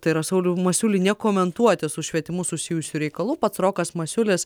tai yra saulių masiulį nekomentuoti su švietimu susijusių reikalų pats rokas masiulis